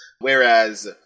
Whereas